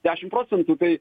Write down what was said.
dešimt procentų tai